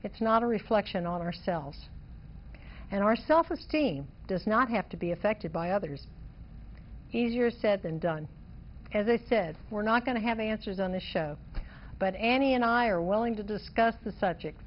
it's not a reflection on ourselves and our self esteem does not have to be affected by others easier said than done as i said we're not going to have answers on the show but annie and i are willing to discuss the subject